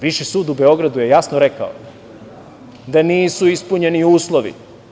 Viši sud u Beogradu je jasno rekao da nisu ispunjeni uslovi.